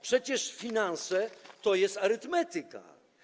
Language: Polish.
Przecież finanse to jest arytmetyka.